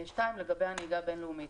שתיים, לגבי הנהיגה הבין-לאומית.